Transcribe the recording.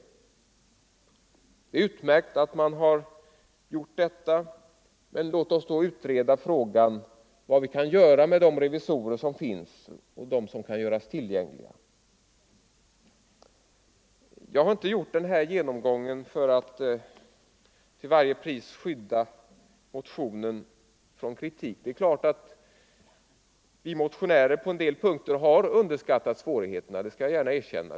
Det är utmärkt att man har gjort detta. Men låt oss då utreda vad vi kan göra med de revisorer som finns och som kan göras tillgängliga. Den här genomgången har jag inte gjort för att till varje pris skydda motionen från kritik. Det är klart att vi motionärer på en del punkter har underskattat svårigheterna — det skall jag gärna erkänna.